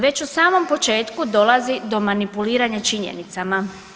Već u samom početku dolazi do manipuliranja činjenicama.